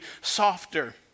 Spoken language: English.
softer